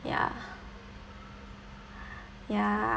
ya ya